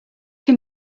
him